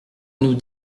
nous